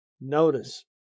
Notice